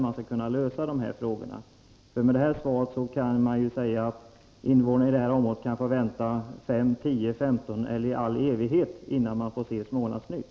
Man kan säga att detta svar innebär att invånarna i området kan få vänta fem, tio, femton år eller i all evighet innan de får se Smålandsnytt.